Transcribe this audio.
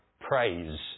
praise